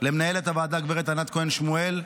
למנהלת הוועדה גב' ענת כהן שמואל,